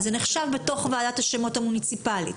אז זה נחשב בתוך ועדת השמות המוניציפלית.